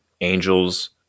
angels